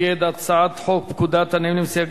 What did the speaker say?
הצעת חוק לתיקון פקודת הנמלים (סייג